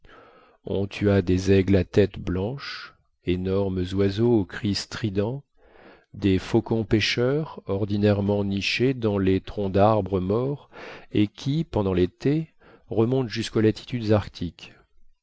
on tua des aigles à tête blanche énormes oiseaux au cri strident des faucons pêcheurs ordinairement nichés dans les troncs d'arbres morts et qui pendant l'été remontent jusqu'aux latitudes arctiques